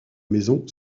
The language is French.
maison